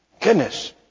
Goodness